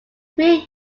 three